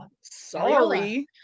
Sorry